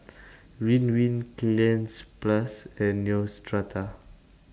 Ridwind Cleanz Plus and Neostrata